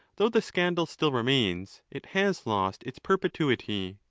though the scandal still remains, it has lost its perpetuity.